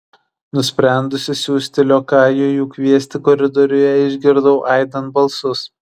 nusprendusi siųsti liokajų jų kviesti koridoriuje išgirdau aidint balsus